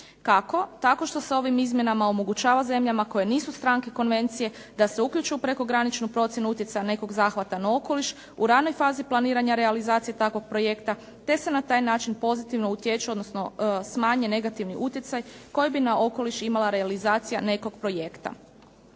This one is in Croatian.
Kako? Tako što se ovim izmjenama omogućava zemljama koje nisu stranke konvencije da se uključe u prekograničnu procjenu utjecaja nekog zahvata na okoliš u ranoj fazi planiranja realizacije takvog projekta te se na taj način pozitivno utječe odnosno smanjuje negativni utjecaj koji bi na okoliš imala realizacija nekog projekta.